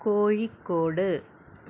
Kozhikode